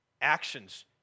Actions